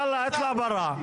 יאללה, ברא.